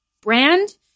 brand